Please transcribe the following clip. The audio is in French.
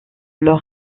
leur